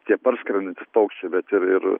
tie parskrendantys paukščiai bet ir ir